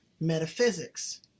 metaphysics